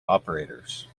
operators